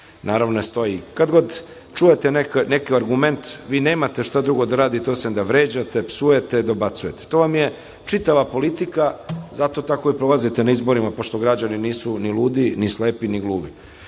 naravno ne stoji. Kad god čujete neki argument, vi nemate šta drugo da radite osim da vređate, psujete, dobacujete. To vam je čitava politika zato tako i prolazite na izborima pošto građani nisu ni ludi, ni slepi, ni gluvi. Niko